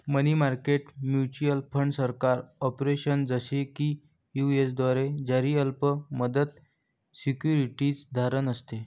मनी market mutual fund सरकार, corporation, जसे की यू.एस द्वारे जारी अल्प मुदत सिक्युरिटीज धारण असते